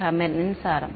மாணவர் மின்சாரம்